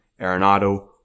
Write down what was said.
Arenado